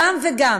גם וגם.